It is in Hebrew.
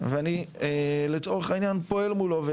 ואני לצורך העניין פועל מולו.